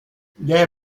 les